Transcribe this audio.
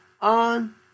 on